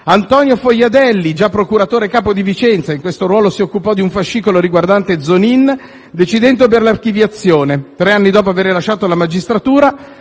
Antonio Fojadelli, già procuratore capo di Vicenza: in questo ruolo si occupò di un fascicolo riguardante Zonin, decidendo per l'archiviazione e tre anni dopo aver lasciato la magistratura,